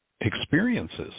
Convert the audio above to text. experiences